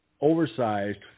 oversized